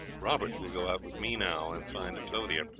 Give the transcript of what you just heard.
robert will go out with me now, and find a clothier,